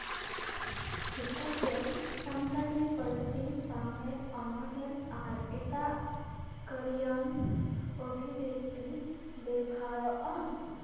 ᱪᱮᱠᱟᱛᱮ ᱥᱟᱱᱛᱟᱲᱤ ᱯᱟᱹᱨᱥᱤ ᱥᱟᱶᱦᱮᱫ ᱚᱱᱚᱬᱦᱮ ᱟᱨ ᱮᱴᱟᱜ ᱠᱟᱹᱨᱤᱭᱟᱱ ᱚᱵᱷᱤᱵᱮᱠᱛᱤ ᱵᱮᱵᱷᱟᱨᱚᱜᱼᱟ